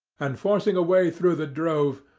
and forcing a way through the drove,